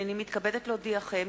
הנני מתכבדת להודיעכם,